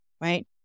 right